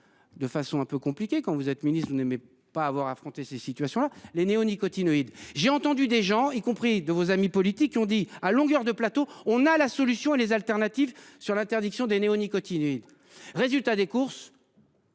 De façon un peu compliqué quand vous êtes ministre il n'aimait pas avoir affronté ces situations-là les néonicotinoïdes. J'ai entendu des gens y compris de vos amis politiques ont dit à longueur de plateaux, on a la solution et les alternatives sur l'interdiction des néonicotinoïdes. Résultat des courses.